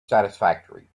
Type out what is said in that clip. satisfactory